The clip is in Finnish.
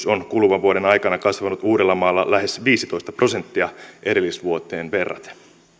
on kuluvan vuoden aikana kasvanut uudellamaalla lähes viisitoista prosenttia edellisvuoteen verraten